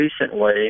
recently